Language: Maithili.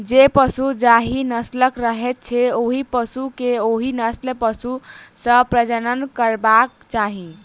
जे पशु जाहि नस्लक रहैत छै, ओहि पशु के ओहि नस्लक पशु सॅ प्रजनन करयबाक चाही